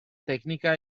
tecnica